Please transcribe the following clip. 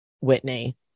Whitney